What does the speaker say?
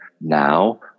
now